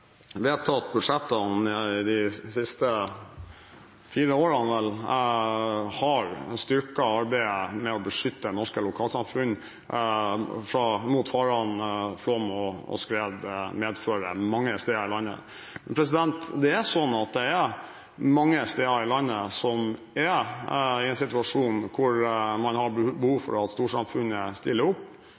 vedtatt budsjettene de siste vel fire årene, har styrket arbeidet med å beskytte norske lokalsamfunn mot de farene flom og skred medfører mange steder i landet. Mange steder i landet er man i den situasjonen at man har behov for at storsamfunnet stiller opp.